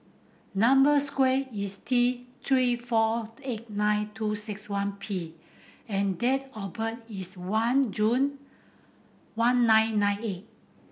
number square is T Three four eight nine two six one P and date of birth is one June one nine nine eight